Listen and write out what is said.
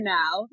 now